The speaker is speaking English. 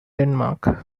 denmark